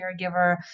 caregiver